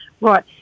right